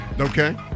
Okay